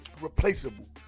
replaceable